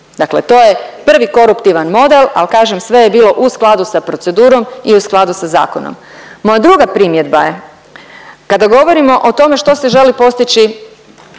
Dakle, to je prvi koruptivan model, ali kažem sve je bilo u skladu sa procedurom i u skladu sa zakonom. Moja druga primjedba je kada govorimo o tome što se želi postići